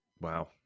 Wow